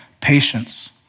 patience